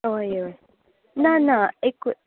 हय हय ना ना एकूच